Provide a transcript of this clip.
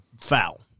foul